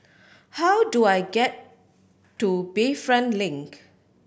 how do I get to Bayfront Link